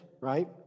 right